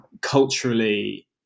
culturally